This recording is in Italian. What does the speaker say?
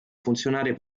funzionare